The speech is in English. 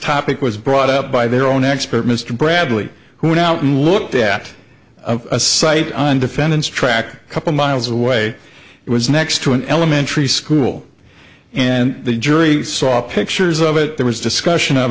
topic was brought up by their own expert mr bradley who went out and looked at a site on defendant's track a couple miles away it was next to an elementary school and the jury saw pictures of it there was discussion of